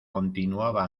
continuaba